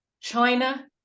china